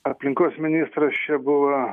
aplinkos ministras čia buvo